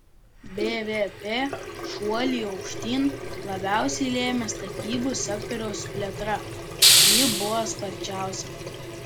bvp šuolį aukštyn labiausiai lėmė statybų sektoriaus plėtra ji buvo sparčiausia